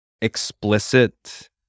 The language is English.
explicit